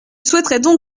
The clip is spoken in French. souhaiterais